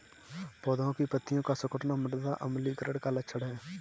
पौधों की पत्तियों का सिकुड़ना मृदा अम्लीकरण का लक्षण है